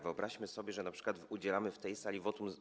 Wyobraźmy sobie, że np. udzielamy w tej sali wotum.